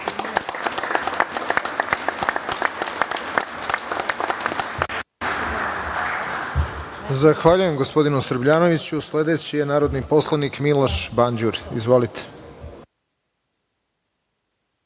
Zahvaljujem, gospodine Srbljanoviću. Sledeći je narodni poslanik Miloš Banđur. Izvolite.